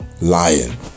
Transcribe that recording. lion